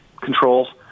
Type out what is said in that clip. controls